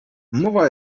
mowa